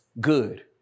good